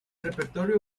repertorio